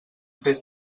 des